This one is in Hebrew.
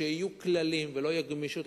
שיהיו כללים ולא תהיה גמישות.